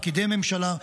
פקידי ממשלה,